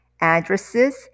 addresses